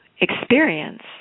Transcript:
experience